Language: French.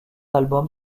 album